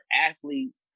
athletes